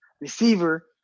receiver